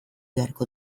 beharko